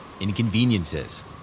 inconveniences